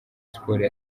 sports